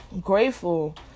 grateful